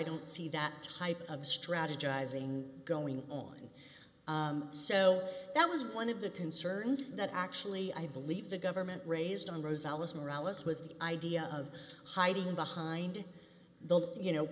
don't see that type of strategizing going on so that was one of the concerns that actually i believe the government raised on rosellas morales was the idea of hiding behind the you know